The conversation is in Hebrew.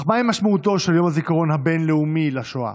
אך מהי משמעותו של יום הזיכרון הבין-לאומי לשואה?